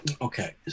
Okay